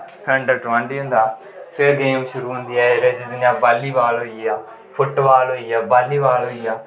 फिर under twenty होंदा फिर गेम शुरू होंदी ऐ एह्दे च जियां बॉल्ली बॉल होई गेआ फुट बॉल होई गेआ बॉल्ली बॉल होई गेआ